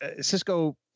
Cisco